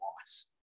loss